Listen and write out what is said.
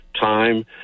time